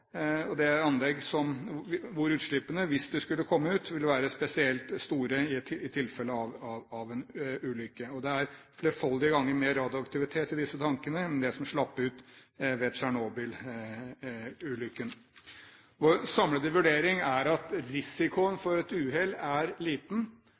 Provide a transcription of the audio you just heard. og for å hindre at det skulle kunne utgjøre en fare for befolkningen. Sellafield har store tanker med flytende høyaktivt avfall. Det er anlegg der utslippene vil være spesielt store i tilfelle en ulykke. Det er flerfoldig mer radioaktivitet i disse tankene enn det som ble sluppet ut ved Tsjernobyl-ulykken. Vår samlede vurdering er at risikoen